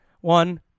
One